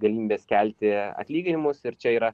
galimybės kelti atlyginimus ir čia yra